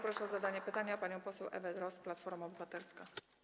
Proszę o zadanie pytania panią poseł Ewę Drozd, Platforma Obywatelska.